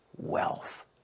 Wealth